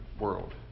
world